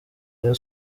rayon